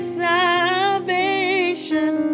salvation